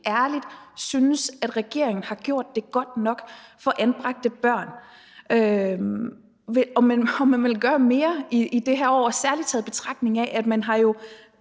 ærligt synes, at regeringen har gjort det godt nok for anbragte børn, og om man vil gøre mere i løbet af det her år – særlig i betragtning af at man jo